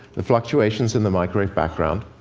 the fluctuations in the microwave background.